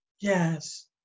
Yes